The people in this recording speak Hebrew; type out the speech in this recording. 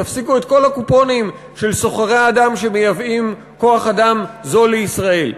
תפסיקו את כל הקופונים של סוחרי האדם שמייבאים כוח-אדם זול לישראל,